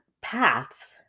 paths